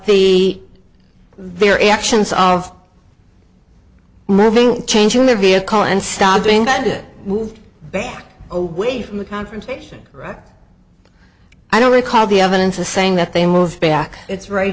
the their actions are of moving changing the vehicle and stopping that it moved back away from the confrontation i don't recall the evidence the saying that they moved back it's right